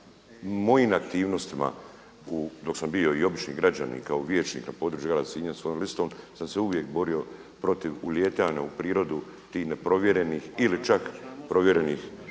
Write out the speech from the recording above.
mojim aktivnostima dok sam bio i obični građanin, kao vijećnik na području grada Sinja sa svojom listom sam se uvijek borio protiv uletanja u prirodu tih neprovjerenih ili čak provjerenih